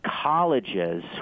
colleges